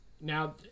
Now